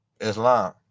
Islam